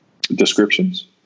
descriptions